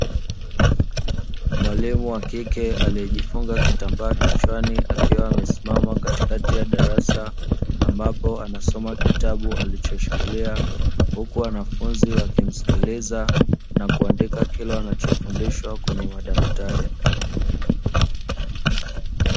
Mwalimu wa kike aliyejifunga kitambaa kichwani akiwa amesimama katikati ya darasa ambapo anasoma kitabu alichokishikilia, huku wanafunzi wakimsikiliza huku wakiandika wanachokisikiliza kwenye madaftari.